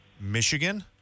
Michigan